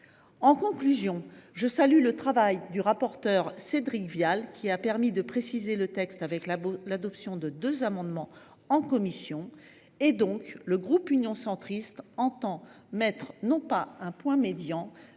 En conclusion, je tiens à saluer le travail du rapporteur Cédric Vial, qui a permis de préciser le texte par l’adoption de deux amendements en commission. Le groupe Union Centriste entend donc mettre non pas un point médian,